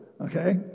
okay